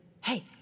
hey